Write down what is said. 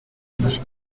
ati